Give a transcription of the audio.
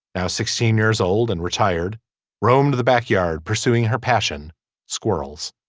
now sixteen years old and retired roamed the backyard pursuing her passion squirrels.